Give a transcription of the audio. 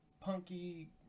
punky